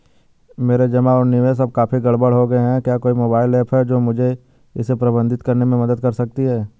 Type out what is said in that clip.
मेरे जमा और निवेश अब काफी गड़बड़ हो गए हैं क्या कोई मोबाइल ऐप है जो मुझे इसे प्रबंधित करने में मदद कर सकती है?